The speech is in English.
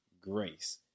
grace